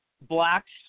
blacks